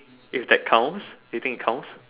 if that counts do you think it counts